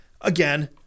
again